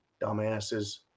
Dumbasses